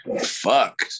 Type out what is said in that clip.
Fuck